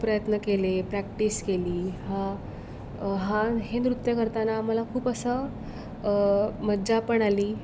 खूप प्रयत्न केले प्रॅक्टिस केली हा हा हे नृत्य करताना मला खूप असं मज्जा पण आली